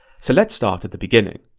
so let's start at the beginning.